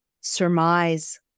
surmise